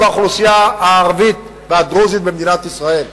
הוא באוכלוסייה הערבית והדרוזית במדינת ישראל.